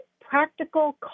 practical